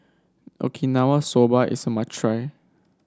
Okinawa Soba is a must try